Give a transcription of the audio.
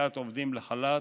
ויציאת עובדים לחל"ת,